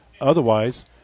Otherwise